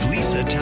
Lisa